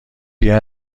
بیا